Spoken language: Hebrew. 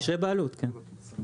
קשרי בעלות, כן.